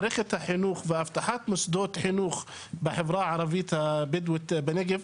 מערכת החינוך ואבטחת מוסדות חינוך בחברה הערבית הבדואית בנגב,